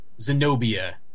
Zenobia